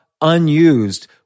unused